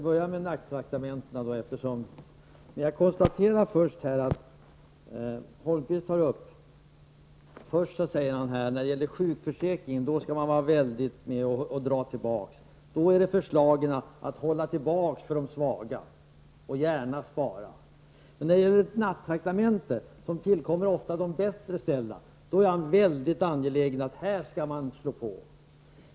Herr talman! Jag skall börja med nattraktamentena. När det gäller sjukförsäkringen har Erik Holmkvist förslag om att man skall dra ner och hålla tillbaka för de svaga och gärna spara. Men när det gäller nattraktamenten, som ofta tillkommer de bättre ställda, är han väldigt angelägen om att man skall slå på.